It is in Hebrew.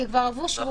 כי כבר עברו שבועיים.